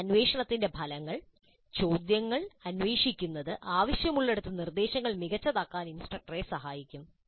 ഈ അന്വേഷണത്തിന്റെ ഫലങ്ങൾ ചോദ്യങ്ങൾ അന്വേഷിക്കുന്നത് ആവശ്യമുള്ളിടത്ത് നിർദ്ദേശങ്ങൾ മികച്ചതാക്കാൻ ഇൻസ്ട്രക്ടറെ സഹായിക്കും